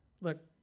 look